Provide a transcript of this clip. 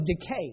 decay